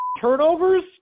turnovers